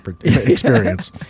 experience